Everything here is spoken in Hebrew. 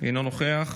אינו נוכח,